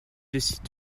décident